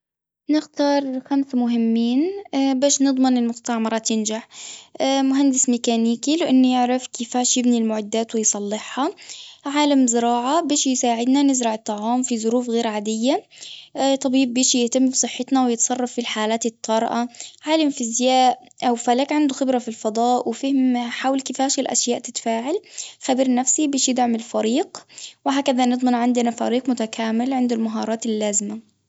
نختار خمس مهمين باش نضمن المستعمرة تنجح، مهندس ميكانيكي لاني عرفت كيفيش يبني المعدات ويصلحها، عالم زراعة باش يساعدنا نزرع طعام في ظروف غير عادية، طبيب بيجي يهتم بصحتنا ويتصرف في الحالات الطارئة، عالم فيزياء أو فلك عنده خبرة في الفضاء وفهم حول كيفيش الأشياء اشياء تتفاعل، خبير نفسي باش يدعم الفريق، وهكذا نضمن عندنا فريق متكامل عنده المهارات اللازمة.